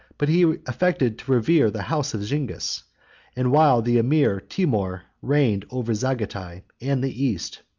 but he affected to revere the house of zingis and while the emir timour reigned over zagatai and the east,